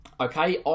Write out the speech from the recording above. Okay